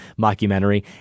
mockumentary